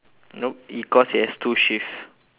nope i~ because it has two shifts